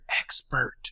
expert